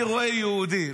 אני רואה יהודי,